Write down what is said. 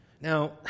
Now